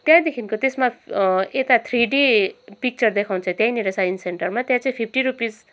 त्यहाँदेखिको त्यसमा यता थ्री डी पिक्चर देखाउँछ त्यहीँनिर साइन्स सेन्टरमा त्यहाँ चाहिँ फिफ्टी रुपिज